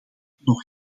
nog